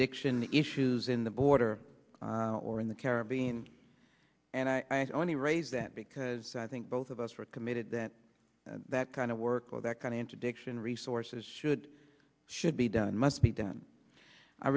diction issues in the border or in the caribbean and i only raise that because i think both of us are committed that that kind of work or that contradiction resources should should be done must be done i